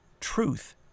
truth